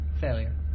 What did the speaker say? Failure